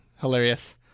Hilarious